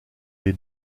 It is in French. les